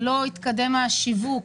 השיווק